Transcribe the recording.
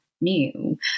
new